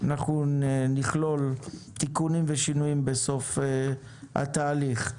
נכלול תיקונים ושינויים בסוף התהליך.